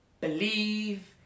Believe